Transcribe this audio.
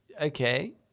Okay